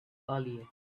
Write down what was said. earlier